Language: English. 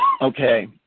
Okay